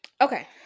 Okay